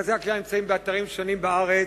ומרכזי הכליאה נמצאים באתרים שונים בארץ,